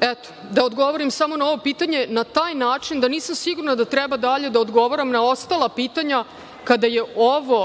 Eto, da odgovorim samo na ovo pitanje na taj način da nisam sigurna da treba dalje odgovaram na ostala pitanja kada je ovo